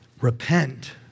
repent